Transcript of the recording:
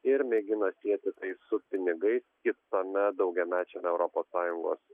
ir mėgina sieti tai su pinigais kitame daugiamečiame europos sąjungos